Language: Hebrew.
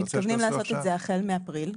אנחנו מתכוונים לעשות את זה החל מאפריל.